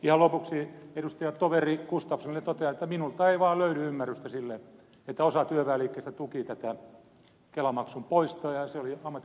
ihan lopuksi edustajatoveri gustafssonille totean että minulta ei vaan löydy ymmärrystä sille että osa työväenliikkeestä tuki tätä kelamaksun poistoa ja se oli omat